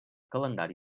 calendari